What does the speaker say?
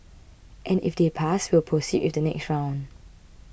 and if they pass we'll proceed with the next round